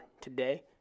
today